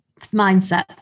mindset